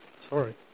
Sorry